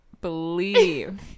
believe